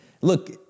Look